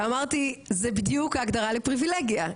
ואמרתי זה בדיוק ההגדרה לפריבילגיה,